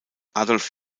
adolph